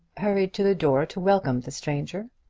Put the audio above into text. hurried to the door to welcome the stranger.